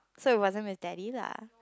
so it wasn't with daddy lah